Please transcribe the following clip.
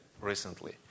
recently